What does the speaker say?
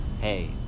hey